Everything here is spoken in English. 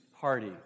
party